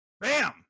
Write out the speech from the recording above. Bam